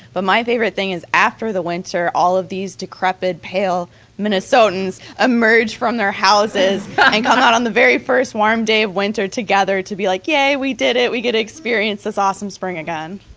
but my favorite thing is after the winter, all of these decrepit, pale minnesotans emerge from their houses and come out on the very first warm day of winter to gather to be like, yay, we did it! we get to experience this awesome spring again.